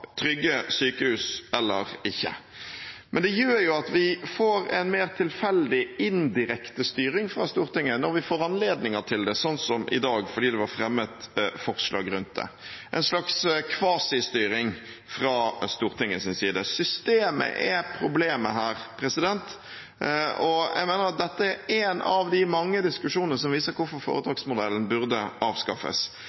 trygge sykehus eller ikke. Det gjør at vi får en mer tilfeldig, indirekte styring fra Stortinget når vi får anledning til det, slik som i dag fordi det var fremmet forslag rundt det – en slags kvasistyring fra Stortingets side. Systemet er problemet her. Jeg mener dette er en av de mange diskusjonene som viser hvorfor